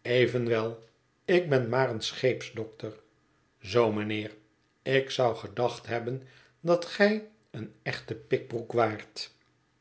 evenwel ik ben maar een scheepsdokter zoo mijnheer ik zou gedacht hebben dat gij een echte pikbroek waart